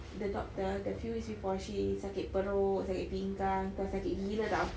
the doctor that few weeks before she sakit perut sakit pinggang entah sakit gila [tau]